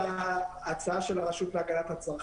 ההבדל יכול להיות שבועיים, שלושה וגם חודש.